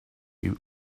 you